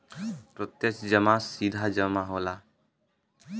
प्रत्यक्ष जमा सीधा जमा होला